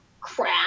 Crap